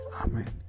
Amen